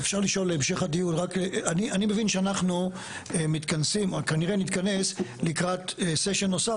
אני מבין שאנחנו כנראה נתכנס לקראת סשן נוסף